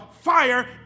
fire